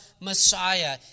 Messiah